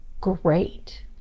great